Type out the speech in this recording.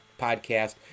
podcast